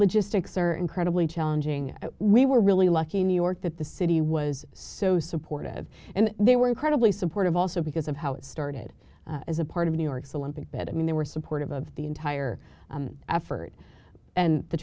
logistics are incredibly challenging we were really lucky in new york that the city was so supportive and they were incredibly supportive also because of how it started as a part of new york the one thing that i mean they were supportive of the entire effort and the